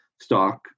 stock